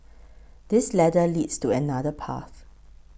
this ladder leads to another path